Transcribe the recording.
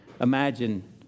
imagine